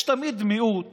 יש תמיד מיעוט